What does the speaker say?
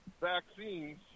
vaccines